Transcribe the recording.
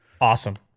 Awesome